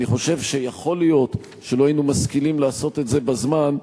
אני חושב שיכול להיות שאילו היינו משכילים לעשות את זה בזמן,